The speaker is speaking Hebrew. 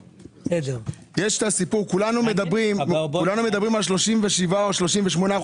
כולנו מדברים על 37% או 38%,